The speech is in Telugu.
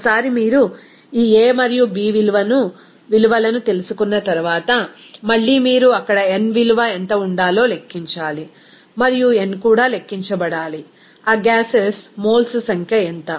ఒకసారి మీరు ఈ a మరియు b విలువలను తెలుసుకున్న తర్వాత మళ్లీ మీరు అక్కడ n విలువ ఎంత ఉండాలో లెక్కించాలి మరియు n కూడా లెక్కించబడాలి ఆ గ్యాసెస్ మోల్స్ సంఖ్య ఎంత